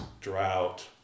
drought